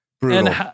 brutal